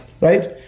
right